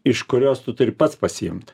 iš kurios tu turi pats pasiimt